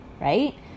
right